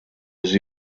his